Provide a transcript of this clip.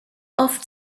oft